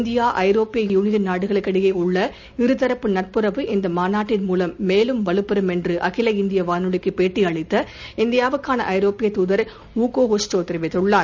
இந்தியாவும் ஐரோப்பிய யூனியன் நாடுகளுக்கிடையேஉள்ள இருதரப்பு நட்புறவு இந்தமாநாட்டின் மூலம் மேலும் வலுப்பெறம் என்றுஅகில இந்தியவானொலிக்குப் பேட்டியளித்த இந்தியாவுக்கானஐரோப்பியதாதர் ஊகோ ஹஸ்டுடோதெரிவித்துள்ளார்